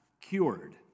cured